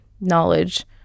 knowledge